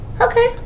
Okay